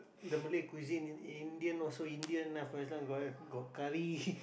the Malay cuisine In~ Indian also Indian ah for as long as got got curry